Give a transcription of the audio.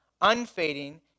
unfading